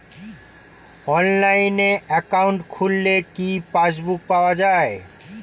অনলাইনে একাউন্ট খুললে কি পাসবুক পাওয়া যায়?